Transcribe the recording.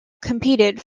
competed